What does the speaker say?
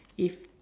if